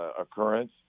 occurrence